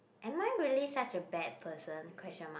am I really such a bad person question mark